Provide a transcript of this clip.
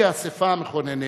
היא האספה המכוננת,